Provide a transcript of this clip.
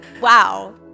wow